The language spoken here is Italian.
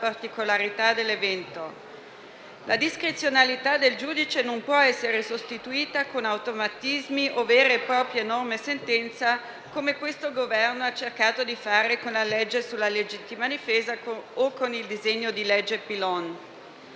La discrezionalità del giudice non può essere sostituita con automatismi o vere e proprie norme sentenza come questo Governo ha cercato di fare con la legge sulla legittima difesa o con il disegno di legge Pillon.